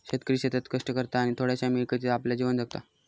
शेतकरी शेतात कष्ट करता आणि थोड्याशा मिळकतीत आपला जीवन जगता